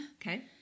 Okay